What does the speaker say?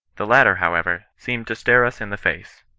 the latter, however, seemed to stare us in the face.